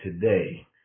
today